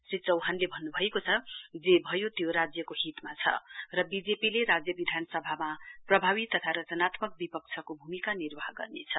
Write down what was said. श्री चौहानले भन्नुभएको छ जे भयो त्यो राज्यको हितमा छ र बीजेपी ले राज्य विधानसभामा प्रभावी तथा रचनात्मक विपक्षी भूमिका निर्वाह गर्नेछ